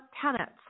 tenets